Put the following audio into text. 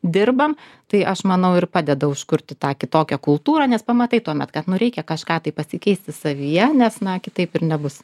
dirbame tai aš manau ir padeda užkurti tą kitokią kultūrą nes pamatai tuomet kad nu reikia kažką tai pasikeisti savyje nes na kitaip ir nebus